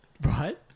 Right